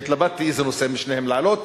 התלבטתי איזה נושא משניהם להעלות,